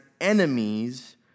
enemies